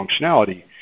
functionality